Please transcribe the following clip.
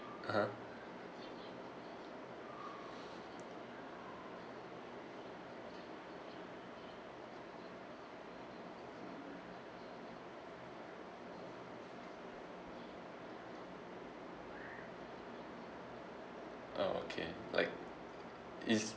(uh huh) oh okay like is